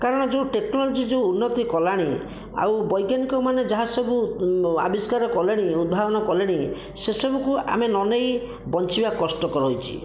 କାରଣ ଯେଉଁ ଟେକ୍ନୋଲୋଜି ଯେଉଁ ଉନ୍ନତି କଲାଣି ଆଉ ବୈଜ୍ଞାନିକମାନେ ଯାହା ସବୁ ଆବିଷ୍କାର କଲେଣି ଉଦ୍ଭାବନ କଲେଣି ସେ ସବୁକୁ ଆମେ ନ ନେଇ ବଞ୍ଚିବା କଷ୍ଟକର ହୋଇଛି